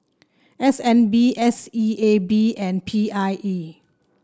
S N B S E A B and P I E